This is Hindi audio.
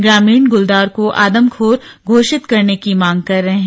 ग्रामीण गुलदार को आदमखोर घोषित करने की मांग कर रहे हैं